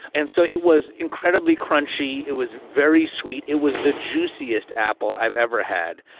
and so it was incredibly crunchy. it was very sweet. it was the juiciest apple i've ever had.